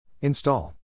Install